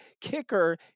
kicker